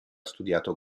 studiato